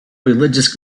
religious